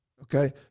okay